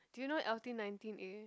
do you know L_T-nineteen-A